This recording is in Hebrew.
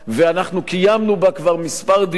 ואנחנו קיימנו בה כבר כמה דיונים.